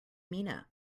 mina